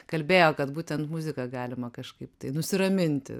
kalbėjo kad būtent muzika galima kažkaip nusiraminti